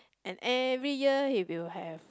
and every year he will have